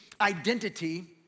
identity